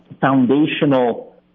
foundational